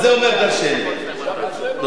תודה רבה.